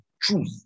truth